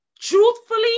truthfully